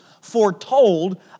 foretold